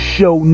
Show